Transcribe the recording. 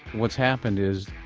what's happened is,